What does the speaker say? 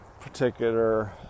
particular